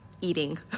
eating